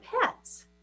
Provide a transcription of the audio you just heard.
pets